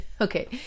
okay